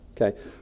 Okay